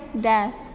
death